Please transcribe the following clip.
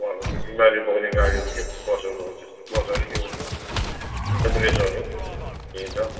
बस बिमारी बोक्ने गाडीहरू के बसहरू हो त्यस्तो बसहरू के भन्छ एम्बुलेन्सहरू हिँड्छ